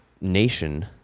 nation